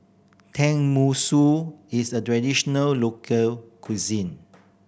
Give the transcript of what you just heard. tenmusu is a traditional local cuisine